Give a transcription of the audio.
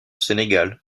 sénégal